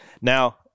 Now